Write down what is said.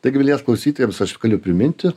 tai gerbiamiems klausytojams aš galiu priminti